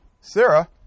Sarah